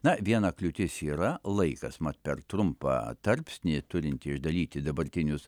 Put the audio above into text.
na viena kliūtis yra laikas mat per trumpą tarpsnį turintį uždaryti dabartinius